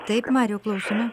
taip mariau klausome